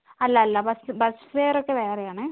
അല്ല അല്ല bus bus fare ഒക്കെ വേറെയാണേ